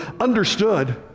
understood